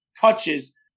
touches